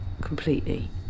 completely